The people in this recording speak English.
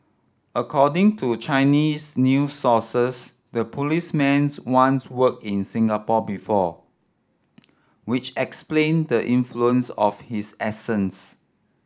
according to Chinese new sources the policeman's once worked in Singapore before which explain the influence of his accents